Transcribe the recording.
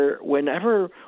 whenever